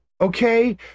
okay